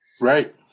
Right